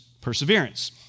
perseverance